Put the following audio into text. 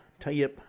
Tayyip